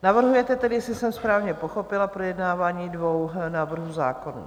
Navrhujete tedy, jestli jsem správně pochopila, projednávání dvou návrhů zákona.